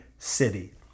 city